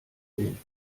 sehen